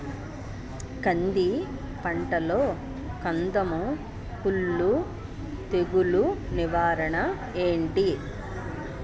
కంది పంటలో కందము కుల్లు తెగులు నివారణ ఏంటి?